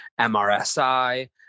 MRSI